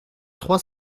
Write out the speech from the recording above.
trois